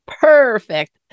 perfect